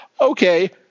okay